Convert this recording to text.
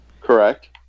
Correct